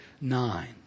nine